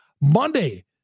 Monday